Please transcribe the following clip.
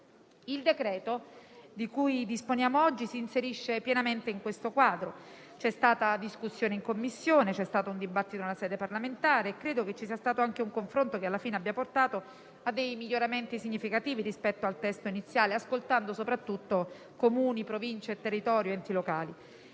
ci apprestiamo a convertire oggi si inserisce pienamente in questo quadro: c'è stata discussione in Commissione, c'è stato un dibattito nella sede parlamentare e credo che il confronto alla fine abbia portato a miglioramenti significativi rispetto al testo iniziale, ascoltando soprattutto Comuni, Province, territorio, enti locali.